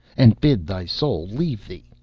and bid thy soul leave thee,